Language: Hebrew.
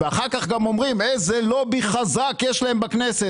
אחר-כך גם אומרים איזה לובי חזק יש להם בכנסת.